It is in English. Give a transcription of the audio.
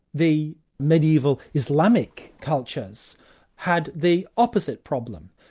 the mediaeval islamic cultures had the opposite problem.